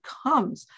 comes